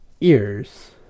ears